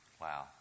Wow